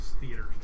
theaters